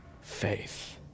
Faith